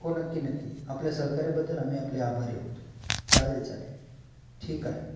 हो नक्की नक्की आपल्या सहकार्याबद्दल आम्ही आपले आभारी आहोत चालेल चालेल ठीक आहे